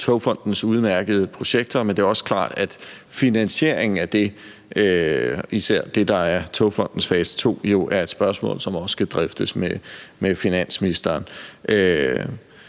Togfonden DK's udmærkede projekter, men det er også klart, at finansieringen af det, især det, der er Togfonden DK's fase to, jo er et spørgsmål, som også skal drøftes med finansministeren.